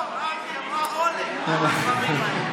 לא, רם, היא אמרה אוֹלֶה על הדברים האלה.